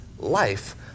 Life